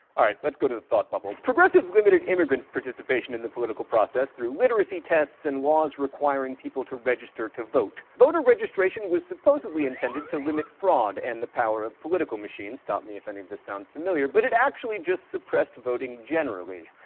alright. let's go to the thought bubble. progressives limited immigrants' participation in the political process through literacy tests and laws requiring people to register to vote. voter registration was supposedly intended to limit fraud and the power of political machines. stop me if any of this sounds familiar, but it actually just suppressed voting generally.